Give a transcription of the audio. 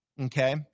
Okay